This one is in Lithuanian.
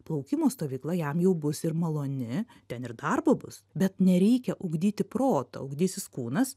plaukimo stovykla jam jau bus ir maloni ten ir darbo bus bet nereikia ugdyti proto ugdysis kūnas